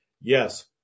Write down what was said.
yes